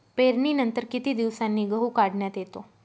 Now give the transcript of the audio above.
पेरणीनंतर किती दिवसांनी गहू काढण्यात येतो?